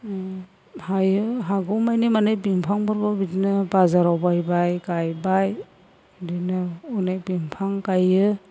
हायो हागौमानि माने बिफांफोरखौ बिदिनो बाजाराव बायबाय गायबाय बिदिनो अनेक बिफां गायो